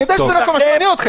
אני יודע שזה כל מה שמעניין אתכם.